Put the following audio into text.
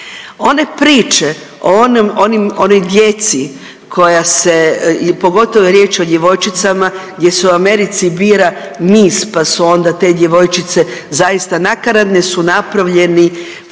onim, onoj djeci koja se, pogotovo je riječ o djevojčicama gdje se u Americi bira miss, pa su onda te djevojčice zaista nakaradne jer su napravljeni